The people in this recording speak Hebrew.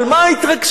על מה ההתרגשות?